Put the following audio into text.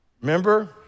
Remember